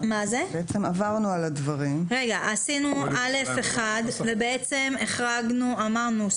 עשינו (א1) ובעצם אמרנו,